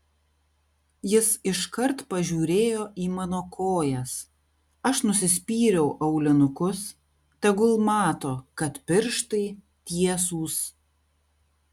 jis iškart pažiūrėjo į mano kojas aš nusispyriau aulinukus tegul mato kad pirštai tiesūs